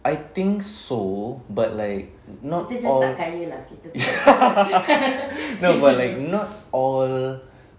I think so but like not all no but like not all